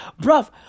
bruv